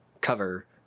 cover